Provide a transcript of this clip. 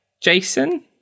jason